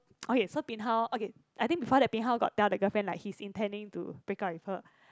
okay so bin hao okay I think before that bin hao got tell the girlfriend like he's intending to break up with her